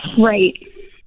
Right